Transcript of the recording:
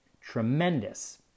tremendous